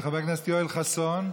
חבר הכנסת יואל חסון.